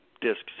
discs